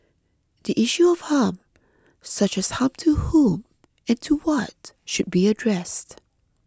the issue of harm such as harm to whom and to what should be addressed